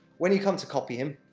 when you come to copy him,